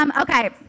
Okay